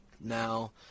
Now